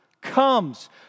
comes